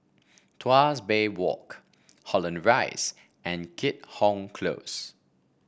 Tuas Bay Walk Holland Rise and Keat Hong Close